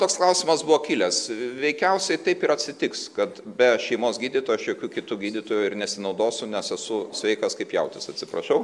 toks klausimas buvo kilęs veikiausiai taip ir atsitiks kad be šeimos gydytojo aš jokių kitų gydytojų ir nesinaudosiu nes esu sveikas kaip jautis atsiprašau